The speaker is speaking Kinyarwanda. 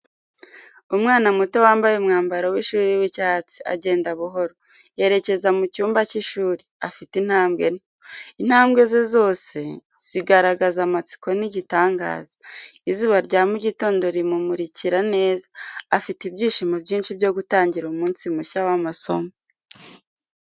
Umwana muto wambaye umwambaro w’ishuri w’icyatsi agenda buhoro, yerekeza mu cyumba cy’ishuri, afite intambwe nto. Intambwe ze zose zigaragaza amatsiko n’igitangaza. Izuba rya mu gitondo rimumurikira neza, afite ibyishimo byinshi byo gutangira umunsi mushya w’amasomo.